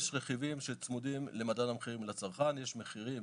יש רכיבים שצמודים למדד המחירים לצרכן, יש מחירים